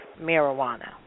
marijuana